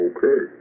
Okay